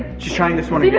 she's trying this one and